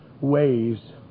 ways